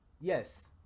yes